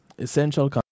Essential